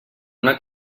una